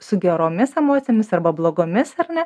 su geromis emocijomis arba blogomis ar ne